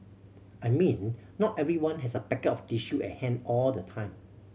I mean not everyone has a packet of tissue at hand all the time